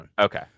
okay